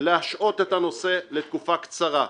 להשעות את הנושא לתקופה קצרה.